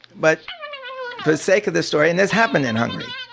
but for the sake of the story and this happened in hungary.